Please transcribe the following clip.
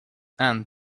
and